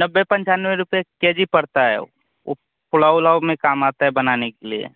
नब्बे पंचानवे रुपये के जी पड़ता है वह ओ पुलाव ओलाव में काम आता है बनाने के लिए